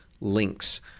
links